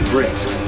Brisk